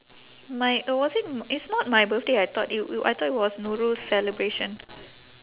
my or was it it's not my birthday I thought it it I thought it was nurul's celebration